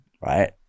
right